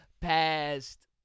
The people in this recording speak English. past